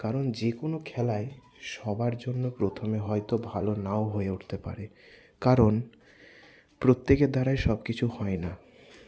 কারণ যেকোনো খেলাই সবার জন্য প্রথমে হয়ত ভালো নাও হয়ে উঠতে পারে কারণ প্রত্যেকের দ্বারাই সবকিছু হয়না